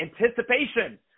anticipation